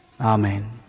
Amen